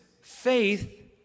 faith